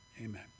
amen